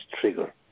trigger